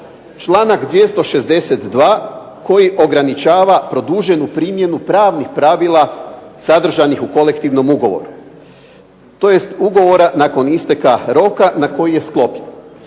Članak 262. koji ograničava produženu primjenu pravnih pravila sadržanih u kolektivnom ugovoru tj. ugovora nakon isteka roka na koji je sklopljen.